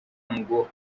ngo